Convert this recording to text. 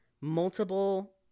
multiple